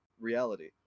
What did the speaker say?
reality